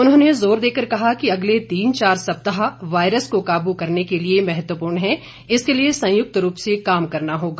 उन्होंने जोर देकर कहा कि अगले तीन चार सप्ताह वायरस को काबू करने के लिए महत्वपूर्ण हैं इसके लिए संयुक्त रूप से काम करना होगा